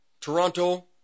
Toronto